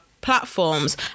platforms